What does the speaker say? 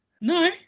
No